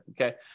okay